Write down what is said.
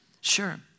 sure